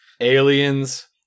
aliens